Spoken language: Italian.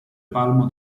palmo